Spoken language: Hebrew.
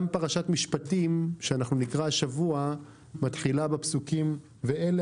גם פרשת משפטים שאנחנו נקרא השבוע מתחילה בפסוקים: "ואלה